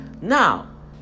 Now